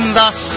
thus